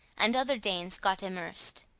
and other danes got immersed.